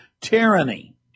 tyranny